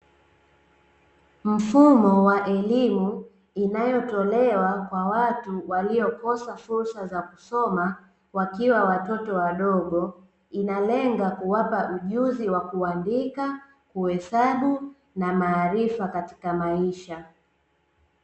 Mfumo wa elimu inayotolewa kwa watu waliokosa fursa za kusoma, wakiwa watoto wadogo inalenga kuwapa ujuzi wa kuandika, kuhesabu na maarifa katika maisha.